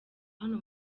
hano